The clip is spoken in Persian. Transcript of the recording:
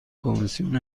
کمیسیون